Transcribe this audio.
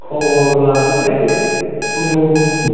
खबर लानोसै उमुग